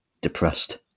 depressed